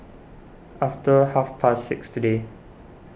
after half past six today